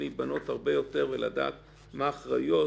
עלתה כאן השאלה של מגבלה על כוח החקיקה,